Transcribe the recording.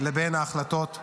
לבין ההחלטות הפוליטיות.